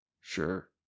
sure